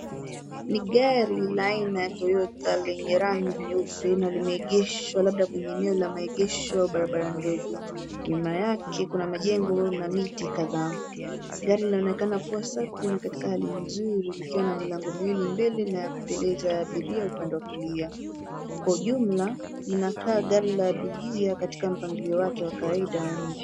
Ni gari la aina ya Toyota lenye rangi nyeupe na limeegeshwa labda kwenye eneo la maegesho barabarani ndogo. Nyuma yake kuna majengo na miti kadhaa . Gari linaonekana kuwa safi na katika hali nzuri likiwa na milango miwili mbili na ya kuekeza abiria upande wa kulia. Kwa ujumla, linakaa gari la abiria katika mpangilio wake wa kawaida wa nje.